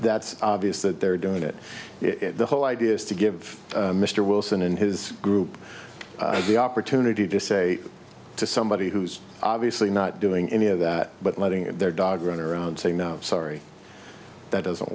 that's obvious that they're doing it the whole idea is to give mr wilson and his group the opportunity to say to somebody who's obviously not doing any of that but letting their dog run around saying no sorry that doesn't